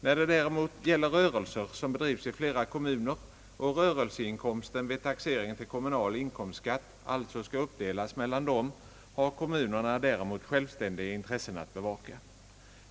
När det däremot gäller rörelser som bedrivs i flera kommuner och rörelseinkomsten vid taxering till kommunal inkomstskatt alltså skall uppdelas mellan dem har kommunerna självständiga intressen att bevaka.